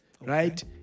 right